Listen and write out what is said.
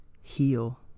heal